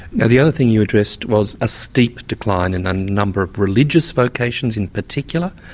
yeah the other thing you addressed was a steep decline in a number of religious vocations in particular,